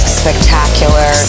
spectacular